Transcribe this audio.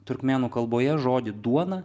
turkmėnų kalboje žodį duona